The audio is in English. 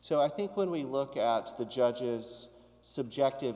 so i think when we look at the judge's subjective